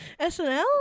SNL